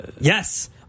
Yes